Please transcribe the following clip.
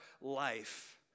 life